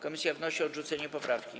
Komisja wnosi o odrzucenie poprawki.